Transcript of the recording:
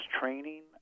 training